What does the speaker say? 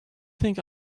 think